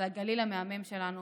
זה הגליל המהמם שלנו.